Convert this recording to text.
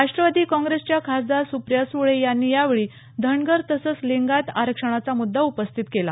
राष्ट्रवादी काँग्रेसच्या खासदार सुप्रिया सुळे यांनी यावेळी धनगर तसंच लिंगायत आरक्षणाचा मुद्दा उपस्थित केला